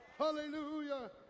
Hallelujah